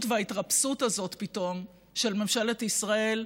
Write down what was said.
וההתרפסות הזאת פתאום של ממשלת ישראל,